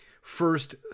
first